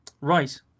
Right